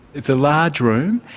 it's a large room,